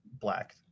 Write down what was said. black